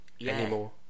anymore